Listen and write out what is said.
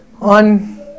on